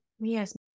Yes